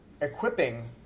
equipping